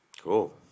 Cool